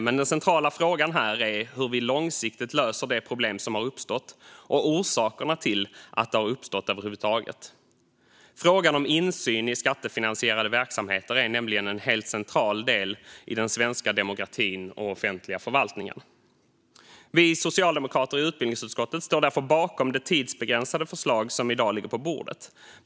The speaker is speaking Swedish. Men den centrala frågan här är hur vi långsiktigt löser det problem som uppstått och orsakerna till att det över huvud taget uppstått. Frågan om insyn i skattefinansierade verksamheter är nämligen en helt central del i den svenska demokratin och offentliga förvaltningen. Vi socialdemokrater i utbildningsutskottet står därför bakom det tidsbegränsade förslag som i dag ligger på bordet.